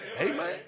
Amen